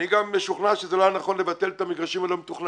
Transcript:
אני גם משוכנע שזה לא היה נכון לבטל את המגרשים הלא-מתוכננים.